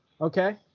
Okay